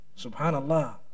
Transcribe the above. Subhanallah